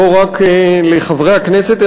לא רק לחברי הכנסת,